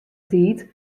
tiid